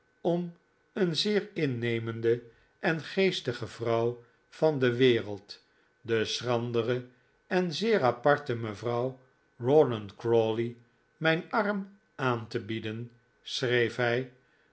om een zeer innemende en geestige vrouw van de wereld de schrandere en zeer aparte mevrouw rawdon crawley mijn arm aan te bieden schreef hij